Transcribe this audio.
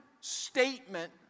statement